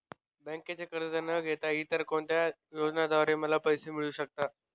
बँकेचे कर्ज न घेता इतर कोणत्या योजनांद्वारे मला पैसे मिळू शकतात?